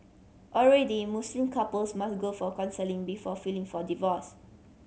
already Muslim couples must go for counselling before filing for divorce